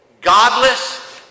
godless